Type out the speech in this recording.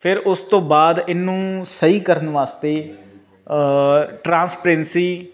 ਫਿਰ ਉਸ ਤੋਂ ਬਾਅਦ ਇਹਨੂੰ ਸਹੀ ਕਰਨ ਵਾਸਤੇ ਟਰਾਂਸਪਰੈਂਸੀ